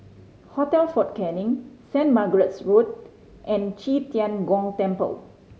Hotel Fort Canning Saint Margaret's Road and Qi Tian Gong Temple